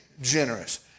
generous